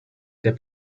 der